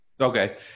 Okay